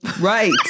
Right